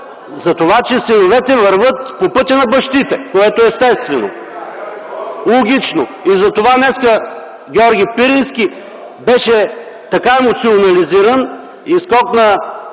За това, че синовете вървят по пътя на бащите, което е естествено, логично. Затова днес Георги Пирински беше така емоционализиран и скокна